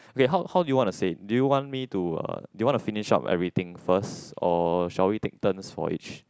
okay how how do you want to say do you want me to uh do you want to finish up everything first or shall we take turns for each